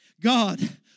God